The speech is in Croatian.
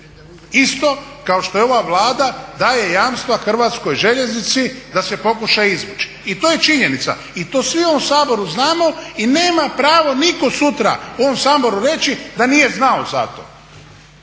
isto kao što je ova Vlada daje jamstva Hrvatskoj željeznici da se pokuša izvući. I to je činjenica i to svi u ovom Saboru znamo i nema pravo nitko sutra u ovom Saboru reći da nije znao za to.